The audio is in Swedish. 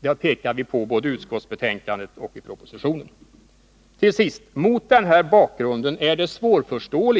Det understryker vi både i utskottsbetänkandet och i propositionen. Till sist: Mot denna bakgrund är det svårt att förstå